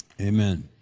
Amen